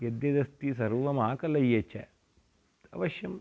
यद्यदस्ति सर्वमाकलय्य च अवश्यम्